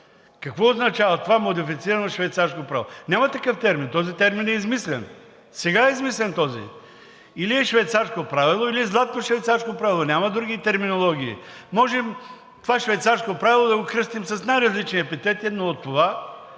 Какво означава това модифицирано швейцарско правило? Няма такъв термин – този термин е измислен. Сега е измислен. Или е швейцарско правило, или е златно швейцарско правило. Няма други терминологии. Можем това швейцарско правило да го кръстим с най-различни епитети, но от